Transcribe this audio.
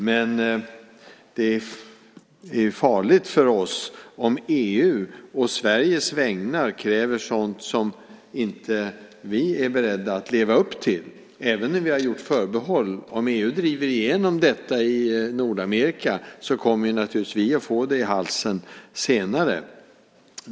Men det är farligt för oss om EU å Sveriges vägnar kräver sådant som inte vi är beredda att leva upp till även när vi har gjort förbehåll. Om EU driver igenom detta i Nordamerika så kommer naturligtvis vi att få det i halsen senare.